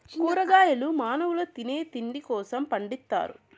కూరగాయలు మానవుల తినే తిండి కోసం పండిత్తారు